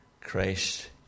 Christ